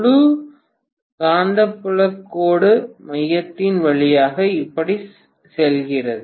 முழு காந்தப்புலக் கோடு மையத்தின் வழியாக இப்படி செல்கிறது